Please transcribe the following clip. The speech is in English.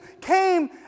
came